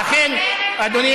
אדוני